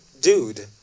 dude